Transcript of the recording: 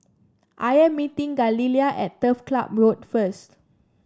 I am meeting Galilea at Turf Ciub Road first